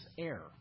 air